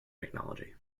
technology